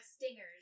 stingers